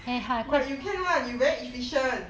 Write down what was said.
but you can [one] you very efficient